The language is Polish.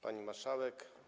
Pani Marszałek!